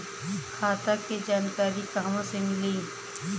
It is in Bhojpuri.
खाता के जानकारी कहवा से मिली?